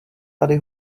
tady